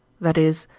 that is,